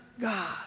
God